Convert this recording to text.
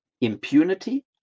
impunity